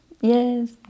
yes